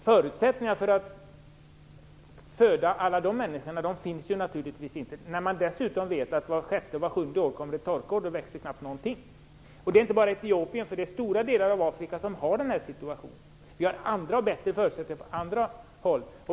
Förutsättningarna för att föda alla de människorna finns naturligtvis inte. Vart sjätte till sjunde år är det dessutom torka och det växer knappt någonting. Detta gäller inte bara Etiopien. Denna situation råder i stora delar av Afrika. Det finns andra och bättre förutsättningar på annat håll.